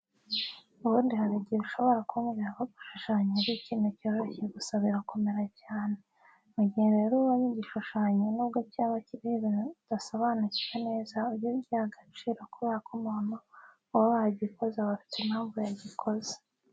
Ubundi hari igihe ushobora kwibwira ko gushushanya ari ikintu cyoroshye gusa birakomera cyane. Mu gihe rero ubonye igishushanyo nubwo cyaba kiriho ibintu udasobanukiwe neza ujye ugiha agaciro kubera ko umuntu uba wagikoze aba afite impamvu yagikoze.